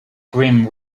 grim